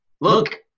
Look